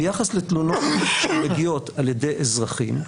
ביחס לתלונות שמגיעות על ידי אזרחים,